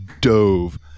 dove